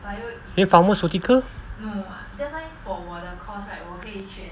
then pharmaceutical